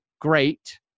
great